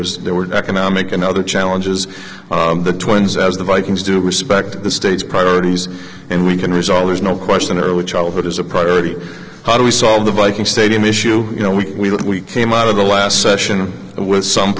was there were economic and other challenges the twins as the vikings do respect the state's priorities and we can resolve there's no question early childhood is a priority how do we solve the viking stadium issue you know we came out of the last session with some